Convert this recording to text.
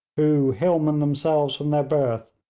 who, hillmen themselves from their birth,